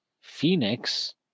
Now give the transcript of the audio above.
Phoenix